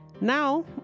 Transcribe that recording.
Now